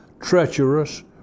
treacherous